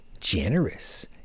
generous